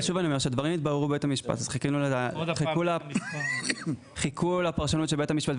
שוב אני אומר: כשהדברים התבררו בבית המשפט חיכו לפרשנות של בית המשפט.